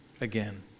again